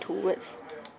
towards